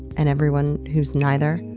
and everyone who's neither.